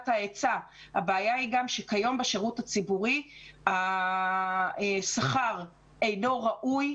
ההיצע אלא הבעיה היא שכיום בשירות הציבורי השכר אינו ראוי,